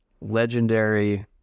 legendary